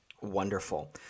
Wonderful